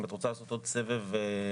אם את רוצה לעשות עוד סבב התייחסויות,